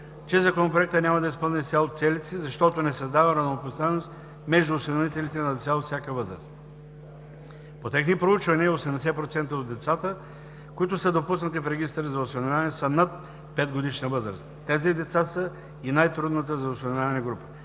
че Законопроектът няма да изпълнени изцяло целите си, защото не създава равнопоставеност между осиновителите на деца от всяка възраст. По техни проучвания 80% от децата, които са допуснати в Регистъра за осиновяване, са над пет-годишна възраст. Тези деца са и най-трудната за осиновяване група.